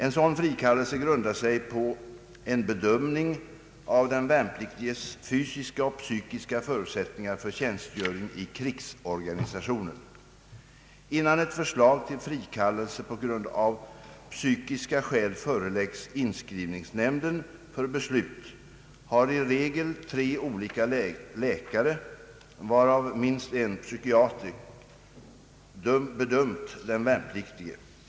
En sådan frikallelse grundar sig på en bedömning av den värnpliktiges fysiska och psykiska förutsättningar för tjänstgöring i krigsorganisationen. Innan ett förslag till frikallelse på grund av psykiska skäl föreläggs inskrivningsnämnden för beslut, har i regel tre olika läkare varav minst en psykiater bedömt den värnpliktige.